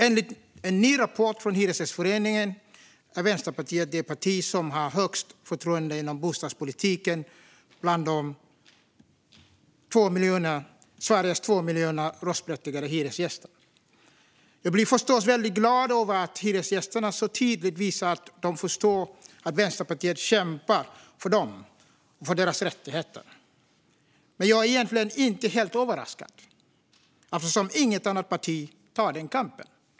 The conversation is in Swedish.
Enligt en ny rapport från Hyresgästföreningen är Vänsterpartiet det parti som har högst förtroende inom bostadspolitiken bland Sveriges 2 miljoner röstberättigade hyresgäster. Jag blir förstås glad över att hyresgästerna så tydligt visar att de förstår att Vänsterpartiet kämpar för dem och deras rättigheter. Men jag är egentligen inte helt överraskad eftersom inget annat parti tar den kampen.